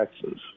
taxes